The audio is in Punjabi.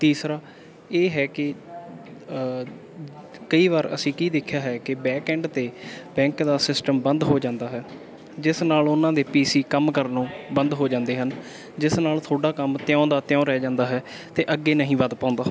ਤੀਸਰਾ ਇਹ ਹੈ ਕਿ ਕਈ ਵਾਰ ਅਸੀਂ ਕੀ ਦੇਖਿਆ ਹੈ ਕਿ ਬੈਕ ਐਂਡ 'ਤੇ ਬੈਂਕ ਦਾ ਸਿਸਟਮ ਬੰਦ ਹੋ ਜਾਂਦਾ ਹੈ ਜਿਸ ਨਾਲ ਉਹਨਾਂ ਦੇ ਪੀ ਸੀ ਕੰਮ ਕਰਨੋ ਬੰਦ ਹੋ ਜਾਂਦੇ ਹਨ ਜਿਸ ਨਾਲ ਤੁਹਾਡਾ ਕੰਮ ਤਿਉਂ ਦਾ ਤਿਉਂ ਰਹਿ ਜਾਂਦਾ ਹੈ ਅਤੇ ਅੱਗੇ ਨਹੀਂ ਵੱਧ ਪਾਉਂਦਾ